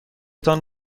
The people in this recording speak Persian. تان